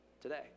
today